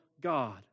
God